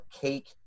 cake